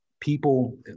people